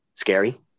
scary